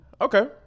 Okay